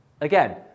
again